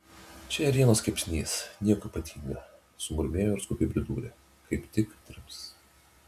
čia ėrienos kepsnys nieko ypatinga sumurmėjo ir skubiai pridūrė kaip tik trims